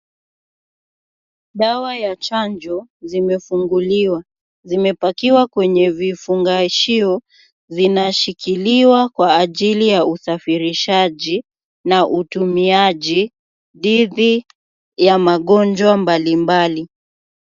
Dawa ya chanjo, zimefunguliwa . Zimepakiwa kwenye vifungashio vinashikiliwa kwa ajili ya usafirishaji na utumiaji dhidi ya magonjwa mbalimbali.